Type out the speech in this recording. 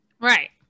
Right